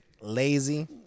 Lazy